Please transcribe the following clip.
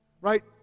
right